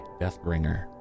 Deathbringer